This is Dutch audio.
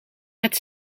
gaat